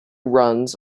runs